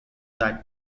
that